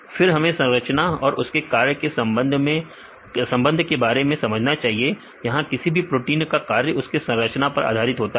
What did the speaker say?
फिर हमें संरचना और उसके कार्य के संबंध के बारे में समझना चाहिए यहां किसी भी प्रोटीन का कार्य उसके संरचना पर आधारित होता है